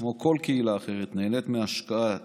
כמו כל קהילה אחרת, נהנית מההשקעה